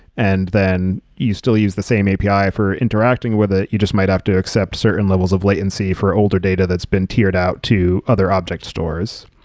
and then you still use the same api for interacting with it. you just might have to accept certain levels of latency for older data that's been tiered out to other object stores.